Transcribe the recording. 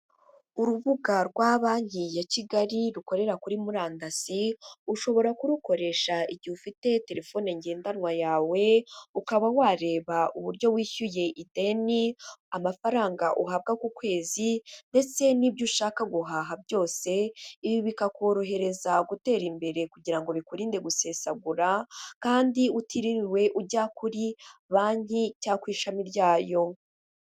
Urubuga rwa banki ya Kigali rukorera kuri murandasi ushobora kurukoresha igihe ufite telefone ngendanwa yawe ukaba wareba uburyo wishyuye ideni, amafaranga uhabwa ku kwezi ndetse n'ibyo ushaka guhaha byose, ibi bikakorohereza gutera imbere kugira ngo bikuririnde gusesagura kandi utiririwe ujya kuri banki cyangwa ku ishami ryayo.